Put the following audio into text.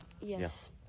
Yes